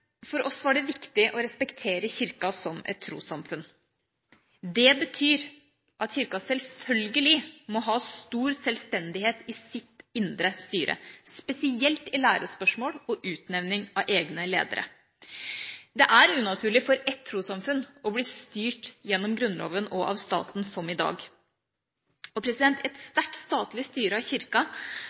For oss var det viktig å respektere Kirka som et trossamfunn. Det betyr at Kirka selvfølgelig må ha stor sjølstendighet i sitt indre styre – spesielt i lærespørsmål og utnevning av egne ledere. Det er unaturlig for et trossamfunn å bli styrt gjennom Grunnloven og av staten, som i dag. Et sterkt statlig styre av Kirka